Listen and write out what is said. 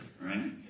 Right